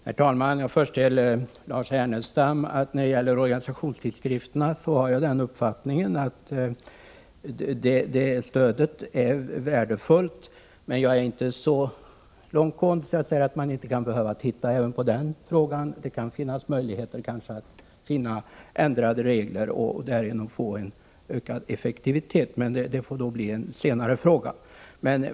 Herr talman! Först till Lars Ernestam: När det gäller organisationstidskrifterna har jag den uppfattningen att stödet är värdefullt. Men jag går inte så långt att jag bestrider att vi kan behöva titta även på den frågan. Man kan kanske finna ändrade regler och därigenom få ökad effektivitet — men det får bli en senare fråga.